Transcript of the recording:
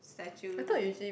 statue